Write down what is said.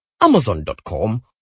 amazon.com